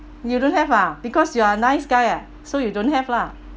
you don't have ah because you are nice guy ah so you don't have lah